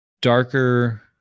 darker